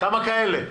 כמה כאלה יש?